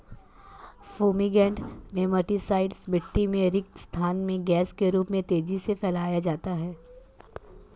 fumigant nematicide मिटटी में रिक्त स्थान में गैस के रूप में तेजी से फैलाया जाता है